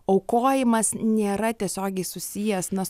aukojimas nėra tiesiogiai susijęs nes